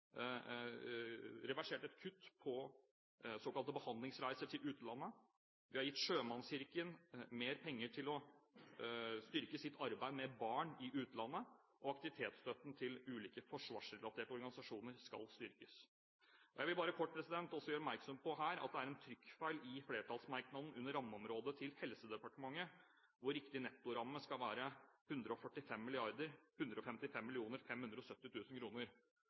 reversert et kutt på såkalte behandlingsreiser til utlandet, vi har gitt Sjømannskirken mer penger til å styrke sitt arbeid med barn i utlandet, og aktivitetsstøtten til ulike forsvarsrelaterte organisasjoner skal styrkes. Jeg bare vil kort gjøre oppmerksom på at det er en trykkfeil i flertallsmerknaden under Helsedepartementets rammeområde, hvor riktig nettoramme skal være 145 155